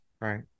Right